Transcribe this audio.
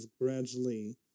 gradually